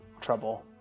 trouble